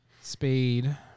Speed